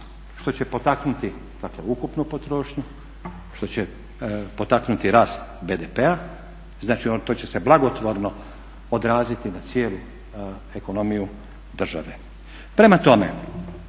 što će potaknuti dakle ukupnu potrošnju, što će potaknuti rast BDP-a, znači to će se blagotvorno odraziti na cijelu ekonomiju države. Prema tome,